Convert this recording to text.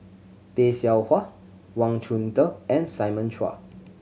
Tay Seow Huah Wang Chunde and Simon Chua